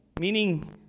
meaning